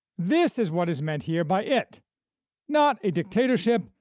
this is what is meant here by it not a dictatorship,